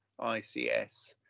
ICS